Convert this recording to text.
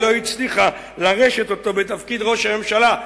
היא לא הצליחה לרשת אותו בתפקיד ראש הממשלה,